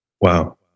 Wow